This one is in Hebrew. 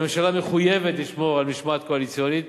הממשלה מחויבת לשמור על משמעת קואליציונית